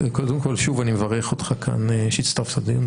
קודם כל שוב אני מברך אותך שהצטרפת לדיון.